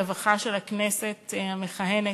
הרווחה והבריאות של הכנסת המכהנת,